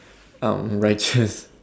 out righteous